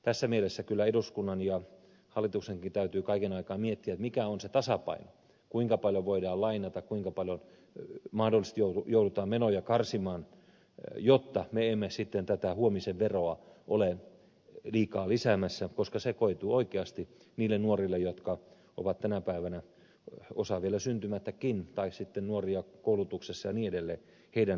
tässä mielessä kyllä eduskunnan ja hallituksenkin täytyy kaiken aikaa miettiä mikä on se tasapaino kuinka paljon voidaan lainata kuinka paljon mahdollisesti joudutaan menoja karsimaan jotta me emme tätä huomisen veroa ole liikaa lisäämässä koska se koituu oikeasti maksettavaksi niille nuorille joista osa on tänä päivänä vielä syntymättäkin tai jotka ovat nuoria koulutuksessa ja niin edelleen